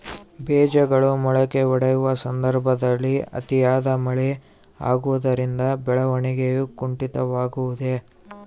ಬೇಜಗಳು ಮೊಳಕೆಯೊಡೆಯುವ ಸಂದರ್ಭದಲ್ಲಿ ಅತಿಯಾದ ಮಳೆ ಆಗುವುದರಿಂದ ಬೆಳವಣಿಗೆಯು ಕುಂಠಿತವಾಗುವುದೆ?